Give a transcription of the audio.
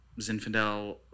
Zinfandel